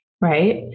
right